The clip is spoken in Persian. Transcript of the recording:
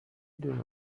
دونه